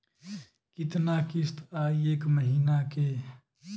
कितना किस्त आई एक महीना के?